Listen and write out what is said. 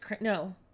no